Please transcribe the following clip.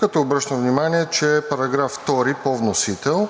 като обръщам внимание, че § 2 по вносител